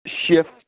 Shift